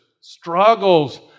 struggles